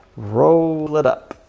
roll it up,